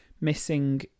missing